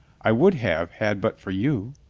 i would have had but for you.